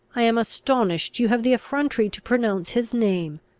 i am astonished you have the effrontery to pronounce his name.